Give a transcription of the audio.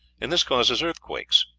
and this causes earthquakes!